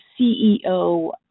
CEO –